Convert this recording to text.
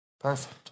Perfect